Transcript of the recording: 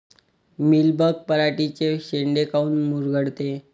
Mealybug पराटीचे चे शेंडे काऊन मुरगळते?